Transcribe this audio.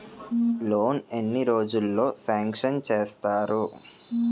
Loan ఎన్ని రోజుల్లో sanction చేస్తారు?